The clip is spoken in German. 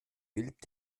bildet